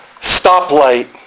stoplight